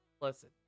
listen